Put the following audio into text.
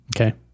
Okay